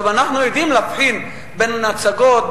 אנחנו יודעים להבחין בין הצגות,